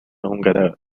húngara